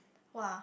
!wah!